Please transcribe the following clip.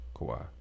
Kawhi